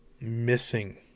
missing